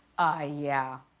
ah, yeah.